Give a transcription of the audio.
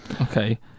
Okay